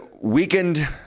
weakened